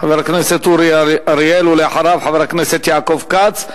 חבר הכנסת אורי אריאל, ואחריו, חבר הכנסת יעקב כץ.